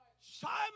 Simon